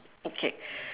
okay